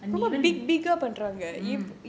and even mm